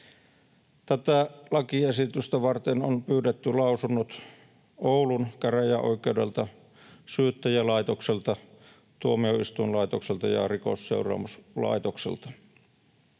Tätä lakiesitystä varten on pyydetty lausunnot Oulun käräjäoikeudelta, Syyttäjälaitokselta, Tuomioistuinlaitokselta ja Rikosseuraamuslaitokselta.